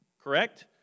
correct